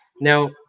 Now